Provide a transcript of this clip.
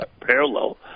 parallel